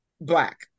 Black